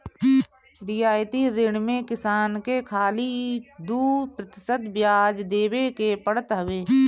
रियायती ऋण में किसान के खाली दू प्रतिशत बियाज देवे के पड़त हवे